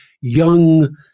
young